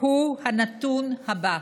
הוא הנתון הבא: